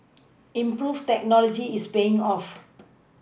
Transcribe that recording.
improved technology is paying off